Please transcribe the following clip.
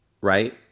right